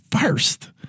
first